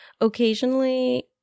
occasionally